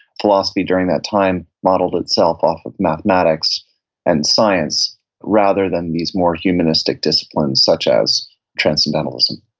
philosophy during that time modeled itself off of mathematics and science rather than these more humanistic disciplines such as transcendentalism